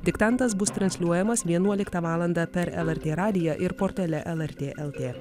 diktantas bus transliuojamas vienuoliktą valandą per lrt radiją ir portale lrt lt